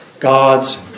God's